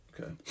okay